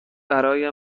برای